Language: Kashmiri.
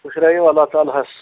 پُشرٲوِو اللہ تعالٰی ہس